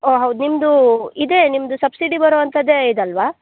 ಓಹ್ ಹೌದು ನಿಮ್ದು ಇದೇ ನಿಮ್ಮದು ಸಬ್ಸಿಡಿ ಬರುವಂಥದ್ದೇ ಇದು ಅಲ್ಲವ